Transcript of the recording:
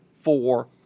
four